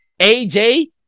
AJ